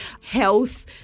health